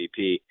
MVP